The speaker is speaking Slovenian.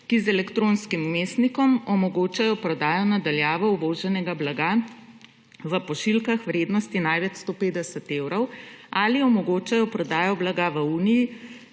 ki z elektronskim vmesnikom omogočajo prodajo na daljavo uvoženega blaga v pošiljkah vrednosti največ 150 evrov ali omogočajo prodajo blaga v Uniji